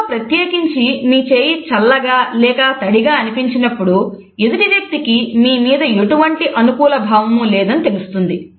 ఇందులో ప్రత్యేకించి మీ చేయి చల్లగా లేక తడిగా అనిపించినప్పుడు ఎదుటి వ్యక్తికి మీ మీద ఎటువంటి అనుకూల భావము లేదని తెలుస్తుంది